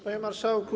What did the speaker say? Panie Marszałku!